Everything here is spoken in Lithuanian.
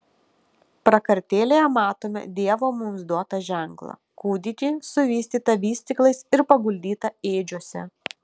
prakartėlėje matome dievo mums duotą ženklą kūdikį suvystytą vystyklais ir paguldytą ėdžiose